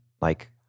like-